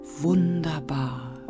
wunderbar